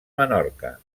menorca